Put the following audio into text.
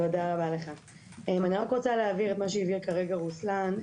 רוצה להבהיר את מה שהבהיר כרגע רוסלאן.